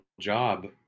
job